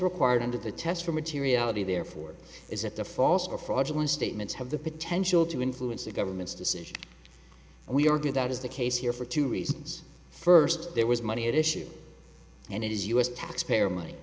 required under the test for materiality therefore is that the false or fraudulent statements have the potential to influence the government's decision we argue that is the case here for two reasons first there was money issue and it is u s taxpayer money